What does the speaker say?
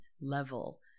level